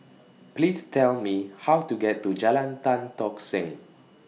Please Tell Me How to get to Jalan Tan Tock Seng